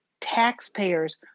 taxpayers